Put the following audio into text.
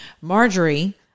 Marjorie